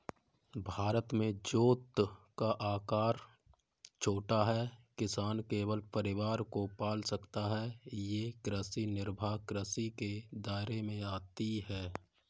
भारत में जोत का आकर छोटा है, किसान केवल परिवार को पाल सकता है ये कृषि निर्वाह कृषि के दायरे में आती है